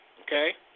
Okay